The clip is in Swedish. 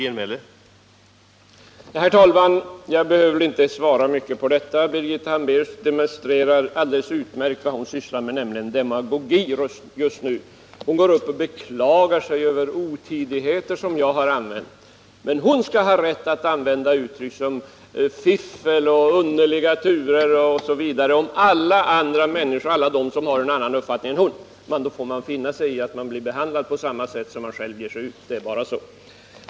Herr talman! Jag behöver väl inte svara mycket på detta. Birgitta Hambraeus demonstrerar alldeles utmärkt väl vad hon sysslar med just nu, nämligen demagogi. Hon går upp och beklagar sig över otidigheter som hon säger att jag har använt, men hon skall ha rätt att använda uttryck som fiffel, underliga turer osv. om alla människor som har en annan uppfattning än hon. Men då får man också finna sig i att bli behandlad på samma sätt; det är bara så.